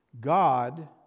God